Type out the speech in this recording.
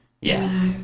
Yes